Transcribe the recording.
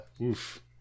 Oof